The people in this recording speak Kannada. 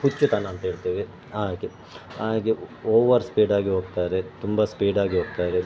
ಹುಚ್ಚುತನ ಅಂತ್ಹೇಳ್ತೆವೆ ಹಾಗೆ ಹಾಗೆ ಓವರ್ ಸ್ಪೀಡಾಗಿ ಹೋಗ್ತಾರೆ ತುಂಬ ಸ್ಪೀಡಾಗಿ ಹೋಗ್ತಾರೆ